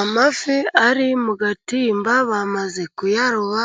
Amafi ari mu gatimba bamaze kuyaroba，